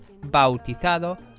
bautizado